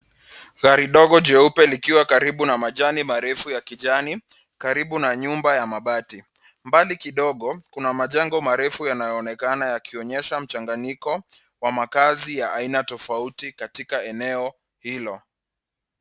Gari dogo jeupe likiwa karibu na majani marefu ya kijani, karibu na nyumba ya mabati. Mbali kidogo kuna majengo marefu yanayoonekana yakionyesha mchanganyiko wa makazi ya aina tofauti katika eneo hilo.